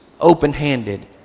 open-handed